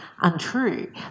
untrue